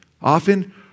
often